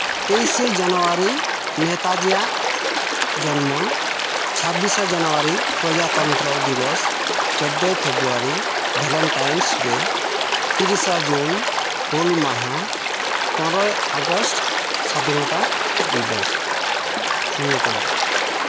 ᱛᱮᱭᱤᱥᱮ ᱡᱟᱱᱩᱣᱟᱨᱤ ᱱᱮᱛᱟᱡᱤᱭᱟᱜ ᱡᱚᱱᱢᱚ ᱪᱷᱟᱵᱵᱤᱥᱟ ᱡᱟᱱᱩᱣᱟᱨᱤ ᱯᱨᱚᱡᱟᱛᱚᱱᱛᱚᱨᱚ ᱫᱤᱵᱚᱥ ᱪᱳᱫᱽᱫᱳᱭ ᱯᱷᱮᱵᱽᱨᱩᱣᱟᱨᱤ ᱵᱷᱮᱞᱮᱱᱥᱴᱟᱭᱤᱱᱥ ᱰᱮ ᱛᱤᱨᱤᱥᱟ ᱡᱩᱱ ᱦᱩᱞ ᱢᱟᱦᱟ ᱯᱚᱱᱨᱳᱭ ᱟᱜᱚᱥᱴ ᱥᱟᱫᱷᱤᱱᱚᱛᱟ ᱫᱤᱵᱚᱥ ᱱᱤᱭᱟᱹ ᱠᱚᱜᱮ